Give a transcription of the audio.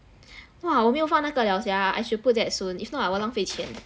!wah! 我没有放那个 liao sia I should put that soon if not I will 浪费钱